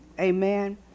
Amen